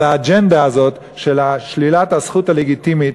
על האג'נדה הזאת של שלילת הזכות הלגיטימית